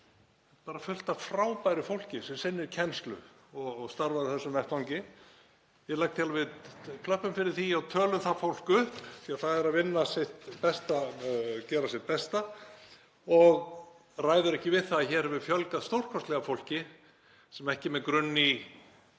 bara fullt af frábæru fólki sem sinnir kennslu og starfar á þessum vettvangi. Ég legg til að við klöppum fyrir því og tölum það fólk upp því að það er að gera sitt besta og ræður ekki við það að hér hafi fjölgað stórkostlega fólki sem ekki er með grunn í